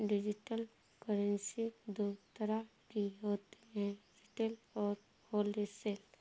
digital currency दो तरह की होती है रिटेल और होलसेल